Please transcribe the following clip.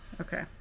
Okay